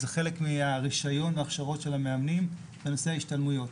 זה חלק מהרישיון וההכשרות של המאמנים בנושא ההשתלמויות.